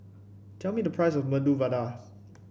tell me the price of Medu Vada